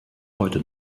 heute